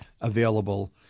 available